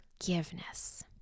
forgiveness